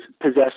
possess